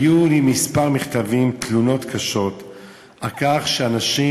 היו לי כמה מכתבים, תלונות קשות על כך שאנשים,